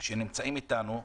שנמצאים אתנו,